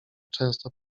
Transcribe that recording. często